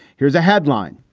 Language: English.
here's a headline.